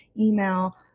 email